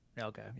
okay